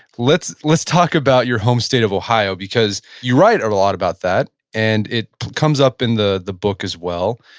let's let's talk about your home state of ohio, because you write a lot about that. and it comes up in the the book as well.